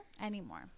anymore